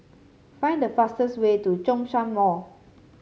find the fastest way to Zhongshan Mall